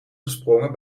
gesprongen